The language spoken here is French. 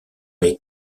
les